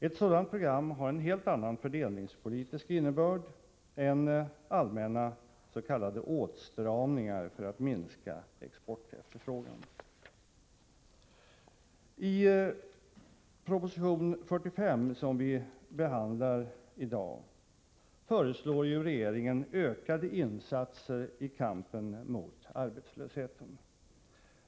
Ett sådant program har en helt annan fördelningspolitisk innebörd än allmänna s.k. åtstramningar för att minska exportefterfrågan. I proposition 45, som vi behandlar i dag, föreslår ju regeringen ökade insatser i kampen mot arbetslösheten.